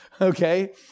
okay